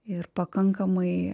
ir pakankamai